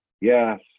yes